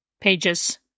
pages